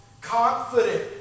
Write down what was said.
confident